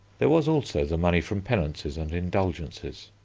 there was, also, the money from penances and indulgences.